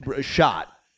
shot